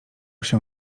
się